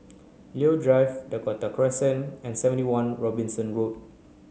Leo Drive Dakota Crescent and seventy one Robinson Road